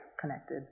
connected